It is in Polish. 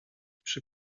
przy